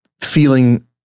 feeling